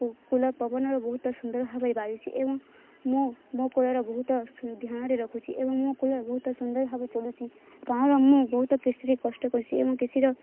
cooler ପବନର ବହୁତ ସୁନ୍ଦର ଭାବରେ ବାଜୁଛି ଏବଂ ମୁଁ ମୋ କୁଲର ବହୁତ ଧ୍ୟାନରେ ରଖୁଛି ଏବଂ ମୋ କୁଲର ବହୁତ ସୁନ୍ଦର ଭାବେ ଚଲୁଛି କାରଣ ମୁଁ ବହୁତ କିସ୍ତିରେ କଷ୍ଟ କରିସି ଏବଂ କିସ୍ତିର